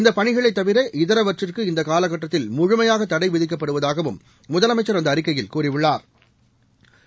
இந்த பணிகளைத் தவிர இதரவற்றுக்கு இந்த கால கட்டத்தில் முழுமையாக தடை விதிக்கப்படுவதாகவும் முதலமைச்சா் அந்த அறிக்கையில் கூறியுள்ளாா்